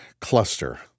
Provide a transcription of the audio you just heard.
cluster